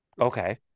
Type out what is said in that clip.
Okay